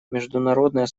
международное